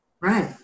Right